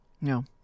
No